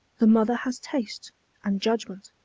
the mother has taste and judgment,